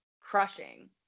crushing